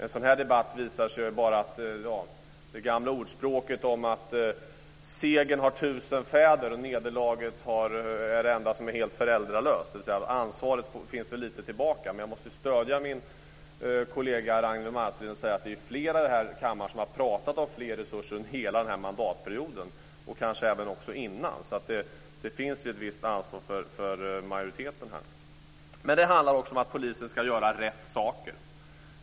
En sådan här debatt visar bara på det gamla ordspråket: Segern har hundratals fäder, men nederlaget är föräldralöst, dvs. ansvaret finns lite tillbaka i tiden. Men jag måste stödja min kollega Ragnwi Marcelind och säga att det är flera här i kammaren som har pratat om mer resurser hela den här mandatperioden och kanske även innan. Majoriteten har ett visst ansvar här. Det handlar också om att polisen ska göra rätt saker.